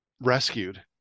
rescued